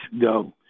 go